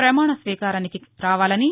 ప్రమాణస్వీకారానికి రావాలని